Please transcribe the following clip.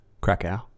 Krakow